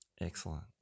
Excellent